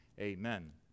Amen